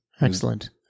Excellent